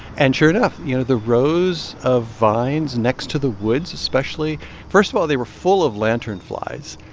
and sure enough, you know, the rows of vines next to the woods, especially first of all, they were full of lanternflies.